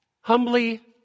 Humbly